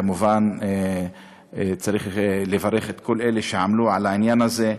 כמובן, צריך לברך את כל אלה שעמלו על העניין הזה,